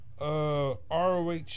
Roh